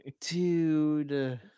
Dude